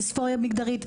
דיספוריה מגדרית,